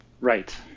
Right